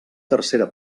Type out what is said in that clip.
tercera